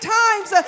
times